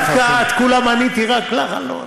דווקא את, לכולם עניתי, רק לך אני לא עונה?